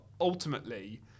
ultimately